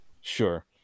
Sure